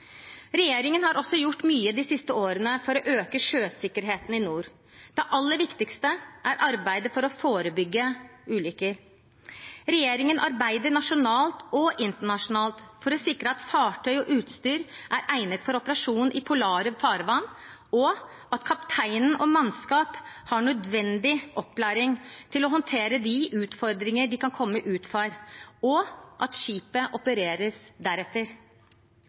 Regjeringen har også gjort mye de siste årene for å øke sjøsikkerheten i nord. Det aller viktigste er arbeidet for å forebygge ulykker. Regjeringen arbeider nasjonalt og internasjonalt for å sikre at fartøy og utstyr er egnet for operasjon i polare farvann, at kapteinen og mannskapet har nødvendig opplæring til å håndtere de utfordringer de kan komme ut for, og at skipet opereres deretter.